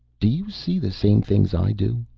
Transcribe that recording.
do you see the same things i do?